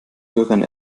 bürgern